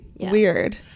weird